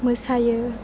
मोसायो